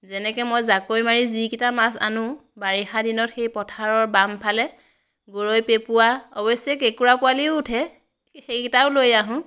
যেনেকৈ মই জাকৈ মাৰি যিগিটা মাছ আনো বাৰিষা দিনত সেই পথাৰৰ বাম ফালে গৰৈ পেপুৱা অৱশ্যে কেকোৰা পোৱালীও উঠে সেইগিটাও লৈ আহোঁ